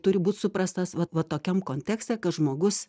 turi būt suprastas vat va tokiam kontekste kad žmogus